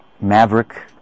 maverick